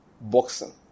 boxing